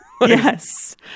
yes